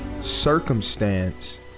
circumstance